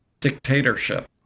dictatorship